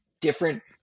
different